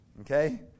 Okay